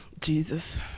Jesus